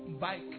bike